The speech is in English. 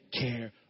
care